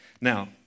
Now